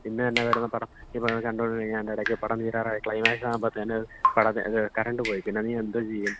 പിന്നെ എന്നതാ വരുന്ന പടം ഇപ്പോൾ കണ്ടോണ്ടിരിക്കും അതിൻ്റെ ഇടയ്ക്ക് പടം തീരാറായി ക്ലൈമാക്സ് ആകുമ്പത്തെന് പടം അത് കറന്റ് പോയി പിന്നെ നീ എന്തോ ചെയ്യും